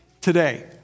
today